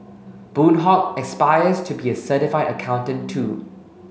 Boon Hock aspires to be a certified accountant too